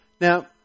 Now